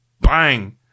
bang